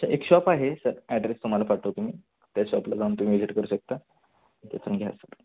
स एक शॉप आहे सर ॲड्रेस तुम्हाला पाठवतो मी त्या शॉपला जाऊन तुम्ही विजिट करू शकता तेथून घ्या सर